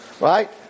right